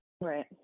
Right